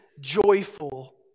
joyful